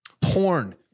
porn